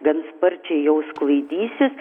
gan sparčiai jau sklaidysis